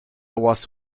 was